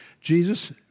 Jesus